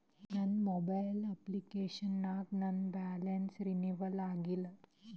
ನನ್ನ mobile application ನಾಗ ನನ್ ಬ್ಯಾಲೆನ್ಸ್ ರೀನೇವಲ್ ಆಗಿಲ್ಲ